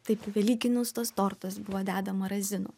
taip velykinius tuos tortus buvo dedama razinų